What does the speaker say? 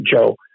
Joe